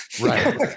right